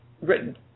written